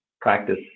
practice